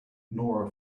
nora